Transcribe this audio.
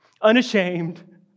unashamed